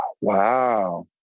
wow